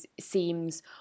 seems